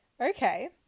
Okay